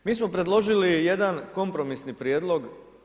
Mi smo predložili jedan kompromisni prijedlog.